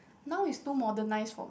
now is too modernised for